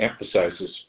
emphasizes